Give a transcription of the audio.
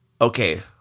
okay